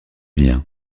bien